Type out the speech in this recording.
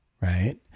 Right